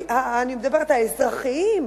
האזרחיים,